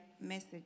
message